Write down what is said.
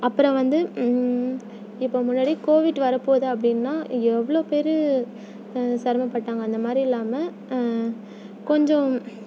அப்புறம் வந்து இப்போ முன்னாடி கோவிட் வரப்போகுது அப்படின்னா எவ்வளோ பேர் சிரமப்பட்டாங்க அந்தமாதிரி இல்லாமல் கொஞ்சம்